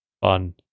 fun